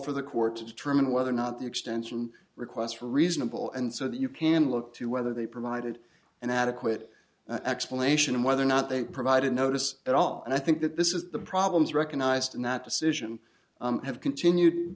for the court to determine whether or not the extension requests reasonable and so that you can look to whether they provided an adequate explanation of whether or not they provided notice at all and i think that this is the problems recognized in that decision have continued